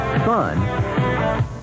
Fun